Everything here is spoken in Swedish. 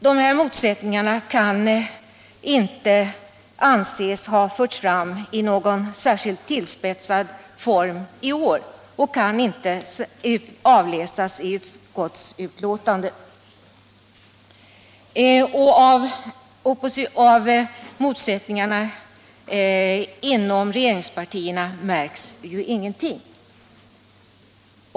De här motsättningarna kan inte anses ha förts fram i någon särskilt tillspetsad form i år och kan inte avläsas i utskottsbetänkandet, och av motsättningarna inom regeringspartierna märks ju ingenting.